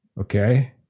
Okay